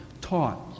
taught